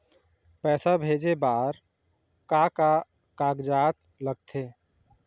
पैसा भेजे बार का का कागजात लगथे?